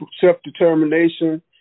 self-determination